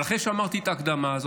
אבל אחרי שאמרתי את ההקדמה הזאת,